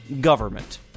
government